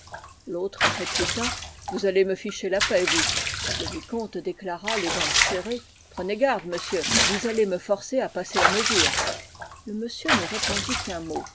l'autre répliqua vous allez me ficher la paix vous le vicomte déclara les dents serrées prenez garde monsieur vous allez me forcer à passer la mesure le monsieur ne répondit qu'un mot